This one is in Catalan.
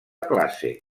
classe